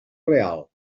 real